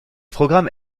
programme